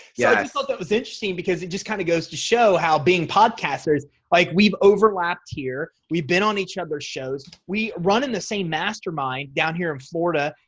yeah. i thought that was interesting because it just kind of goes to show how being podcasters like we've overlapped here we've been on each other's shows we run in the same mastermind down here in florida.